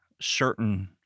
certain